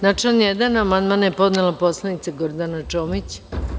Na član 1. amandman je podnela poslanica Gordana Čomić.